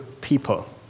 people